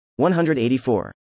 184